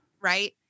Right